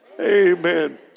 amen